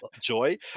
joy